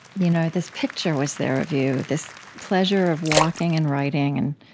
you know this picture was there of you. this pleasure of walking and writing and,